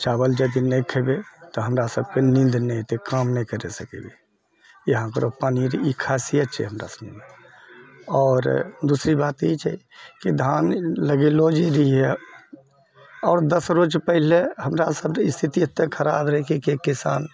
चावल यदि नहि खएबै तऽ हमरा सबके नीन्द नहि एतै काम नहि करि सकबै यहाँकरऽ पानिएरऽ ई खासियत छै हमरा सबमे आओर दूसरी बात ई छै कि धान लगेलऽ जे रहिए आओर दस रोज पहिले हमरा सबरऽ स्थिति एते खराब रहै कि किसान